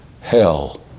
hell